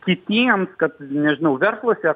kitiems kad nežinau verslas jie